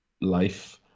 life